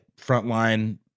frontline